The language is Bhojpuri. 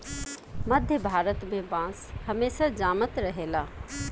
मध्य भारत में बांस हमेशा जामत रहेला